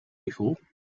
before